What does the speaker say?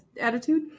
attitude